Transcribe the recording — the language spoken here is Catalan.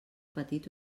petit